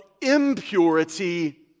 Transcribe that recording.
impurity